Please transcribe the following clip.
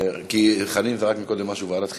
כי חנין זרק קודם משהו, ועדת חינוך.